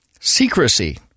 secrecy